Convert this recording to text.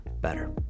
better